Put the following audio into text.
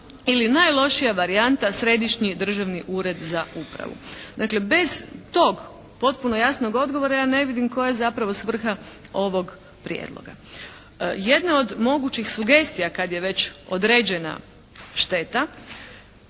ili najlošija varijanta Središnji državni ured za upravu. Dakle, bez tog potpuno jasnog odgovora ja ne vidim koja je zapravo svrha ovog prijedloga. Jedna od mogućih sugestija kad je već određena šteta